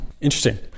Interesting